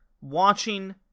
Watching